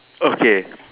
okay